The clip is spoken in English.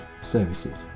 services